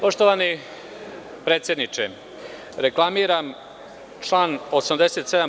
Poštovani predsedniče, reklamiram član 87.